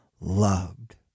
loved